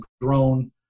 grown